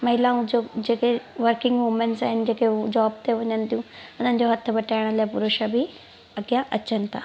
महिलाउनि जो जेके वर्किंग वुमन्स आहिनि जेको उहे जॉब ते वञनि थियूं उन्हनि जो हथु बटाइण लाइ पुरुष बि अॻियां अचनि था